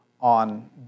on